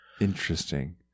interesting